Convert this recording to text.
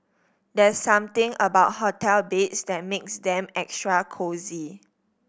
there's something about hotel beds that makes them extra cosy